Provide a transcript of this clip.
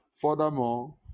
Furthermore